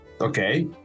Okay